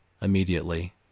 immediately